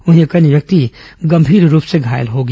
वहीं एक अन्य व्यक्ति गंभीर रूप से घायल हो गया